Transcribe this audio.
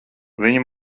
viņi